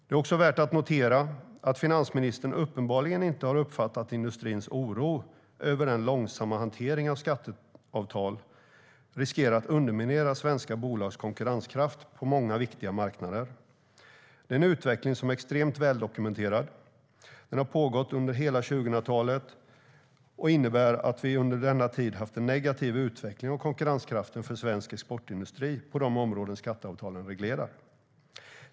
Det är också värt att notera att finansministern uppenbarligen inte har uppfattat att industrins oro över den långsamma hanteringen av skatteavtal riskerar att underminera svenska bolags konkurrenskraft på många viktiga marknader. Det är en utveckling som är extremt väldokumenterad. Den har pågått under hela 2000-talet och innebär att vi under denna tid har haft en negativ utveckling av konkurrenskraften för svensk exportindustri på de områden som skatteavtalen reglerar.